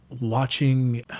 watching